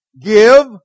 Give